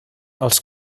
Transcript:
els